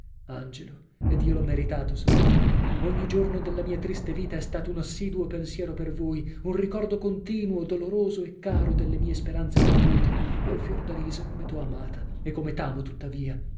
angelo ed io l'ho meritato sapete ogni giorno della mia triste vita è stato un assiduo pensiero per voi un ricordo continuo doloroso e caro delle mie speranze perdute oh fiordalisa come t'ho amata e come t'amo tuttavia